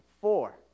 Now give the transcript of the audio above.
Four